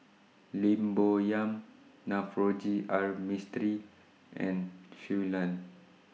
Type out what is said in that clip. Lim Bo Yam Navroji R Mistri and Shui Lan